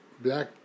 Black